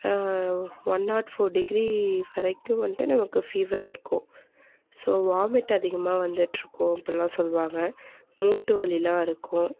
one nought four degree வரைக்கும் வந்ட்டு நமக்கு ஃபீவர் இருக்கும் ஸோ வாமிட் அதிகமாக வந்துகிட்ருக்கும் அப்போல்லாம் சொல்லுவாங்க மூட்டு வலியெலாம் இருக்கும்